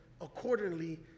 accordingly